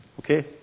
okay